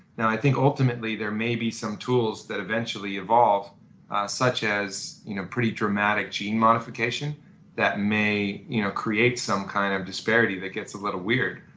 now, i think, ultimately there may be some tools that eventually evolve such as you know pretty dramatic gene modification that may create some kind of disparity that gets a little weird,